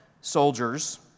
soldiers